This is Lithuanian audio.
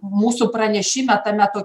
narių mūsų pranešime tame to